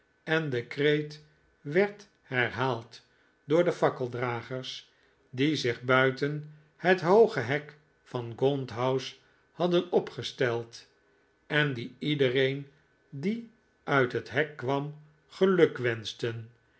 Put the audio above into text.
en de kreet werd herhaald door de fakkeldragers die zich buiten het hooge hek van gaunt house hadden opgesteld en die iedereen die uit het hek kwam